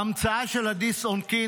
ההמצאה של הדיסק און קי.